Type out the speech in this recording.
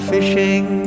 Fishing